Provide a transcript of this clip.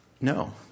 No